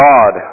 God